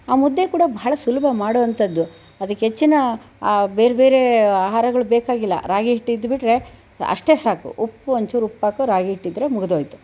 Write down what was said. ಆ ಮುದ್ದೆ ಕೂಡ ಬಹಳ ಸುಲಭ ಮಾಡುವಂಥದ್ದು ಅದಕ್ಕೆ ಹೆಚ್ಚಿನ ಬೇರೆ ಬೇರೆ ಆಹಾರಗಳು ಬೇಕಾಗಿಲ್ಲ ರಾಗಿ ಹಿಟ್ಟಿದ್ದುಬಿಟ್ಟರೆ ಅಷ್ಟೇ ಸಾಕು ಉಪ್ಪು ಒಂಚೂರು ಉಪ್ಪಾಕು ರಾಗಿ ಹಿಟ್ಟಿದ್ದರೆ ಮುಗಿದುಹೋಯ್ತು